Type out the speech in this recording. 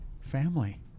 family